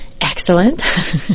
Excellent